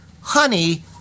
honey